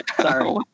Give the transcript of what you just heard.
Sorry